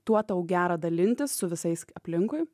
tuo tau gera dalintis su visais aplinkui